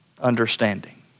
understanding